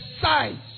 size